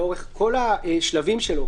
לאורך כל השלבים שלו,